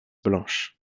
blanche